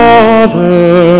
Father